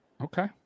okay